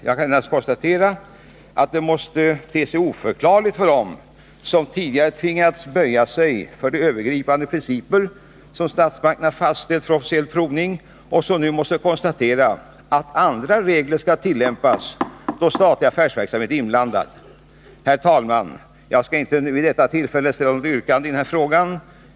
Jag kan endast konstatera att handläggningen måste te sig oförklarlig för dem som tidigare tvingats böja sig för de övergripande principer som statsmakterna fastställt för officiell provning och som nu måste konstatera att andra regler skall tillämpas då statlig affärsverksamhet är inblandad. Herr talman! Jag skall inte vid detta tillfälle ställa något yrkande i den här frågan.